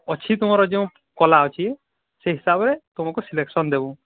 ଅଛି ତୁମର ଯେଉଁ କଳା ଅଛି ସେହି ହିସାବରେ ତୁମକୁ ସିଲେକସନ୍ ଦେବୁ